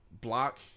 block